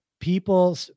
people